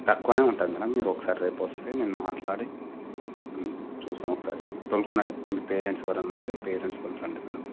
తక్కువనే ఉంటుంది మ్యాడమ్ మీరు ఒకసారి రేపొస్తే నేను మాట్లాడి చూస్తా ఒకసారి తోలుకొని రండి మీ పేరెంట్స్ ఎవరన్నా ఉంటే పేరెంట్స్తోని రండి మ్యాడమ్